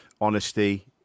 honesty